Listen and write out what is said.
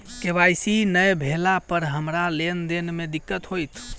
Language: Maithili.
के.वाई.सी नै भेला पर हमरा लेन देन मे दिक्कत होइत?